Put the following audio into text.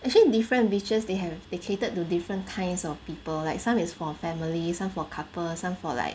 actually different beaches they have they catered to different kinds of people like some is for families some for couples some for like